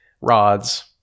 rods